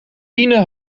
ine